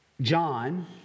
John